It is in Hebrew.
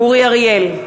אורי אריאל,